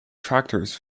tractors